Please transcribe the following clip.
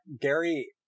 Gary